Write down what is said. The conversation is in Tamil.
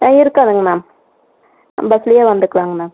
ஆ இருக்காதுங்க மேம் பஸ்ஸுலேயே வந்துக்கலாம்ங்க மேம்